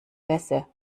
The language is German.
bässe